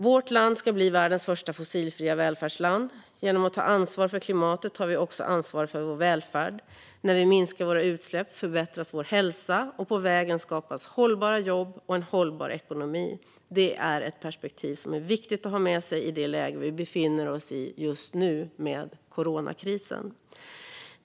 Vårt land ska bli världens första fossilfria välfärdsland. Genom att ta ansvar för klimatet tar vi också ansvar för vår välfärd. När vi minskar våra utsläpp förbättras vår hälsa, och på vägen skapas hållbara jobb och en hållbar ekonomi. Det är ett perspektiv som är viktigt att ha med sig i det läge vi befinner oss i just nu med coronakrisen.